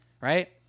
Right